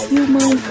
Human